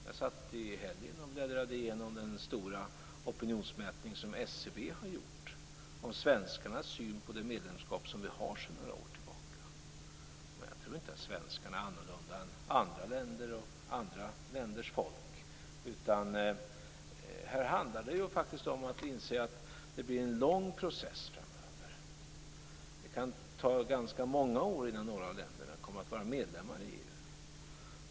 Jag satt i helgen och bläddrade igenom den stora opinionsmätning som SCB har gjort om svenskarnas syn på det medlemskap som vi har sedan några år tillbaka. Jag tror inte att svenskarna är annorlunda än andra länders folk. Här handlar det faktiskt om att inse att det kommer att bli en lång process framöver. Det kan ta ganska många år innan några av länderna kommer att vara medlemmar av EU.